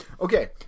Okay